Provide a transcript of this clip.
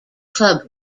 club